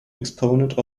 exponent